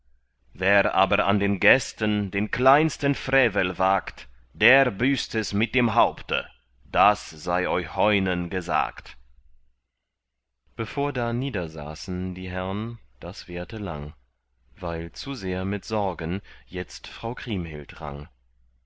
wer aber an den gästen den kleinsten frevel wagt der büßt es mit dem haupte daß sei euch heunen gesagt bevor da niedersaßen die herrn das währte lang weil zu sehr mit sorgen jetzt frau kriemhild rang